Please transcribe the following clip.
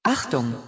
Achtung